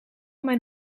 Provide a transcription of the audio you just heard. mijn